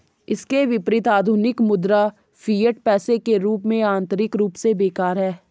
इसके विपरीत, आधुनिक मुद्रा, फिएट पैसे के रूप में, आंतरिक रूप से बेकार है